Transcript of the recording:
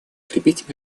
крепить